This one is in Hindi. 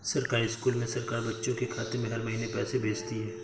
सरकारी स्कूल में सरकार बच्चों के खाते में हर महीने पैसे भेजती है